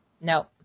No